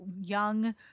young